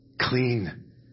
clean